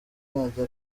nkajya